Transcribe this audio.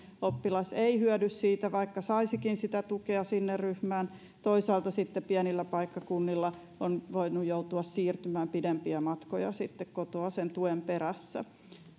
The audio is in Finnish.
oppilas ei hyödy siitä vaikka saisikin tukea sinne ryhmään toisaalta sitten pienillä paikkakunnilla on voinut joutua siirtymään pidempiä matkoja kotoa sen tuen perässä